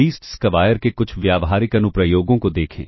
least square के कुछ व्यावहारिक अनुप्रयोगों को देखें